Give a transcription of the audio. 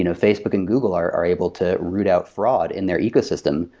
you know facebook and google are are able to root out fraud in their ecosystem,